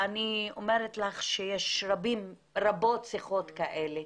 ואני אומרת לך שיש שיחות רבות כאלה.